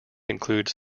includes